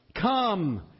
Come